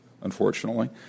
unfortunately